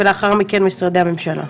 ולאחר מכן משרדי הממשלה.